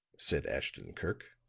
said ashton-kirk.